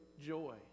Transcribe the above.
joy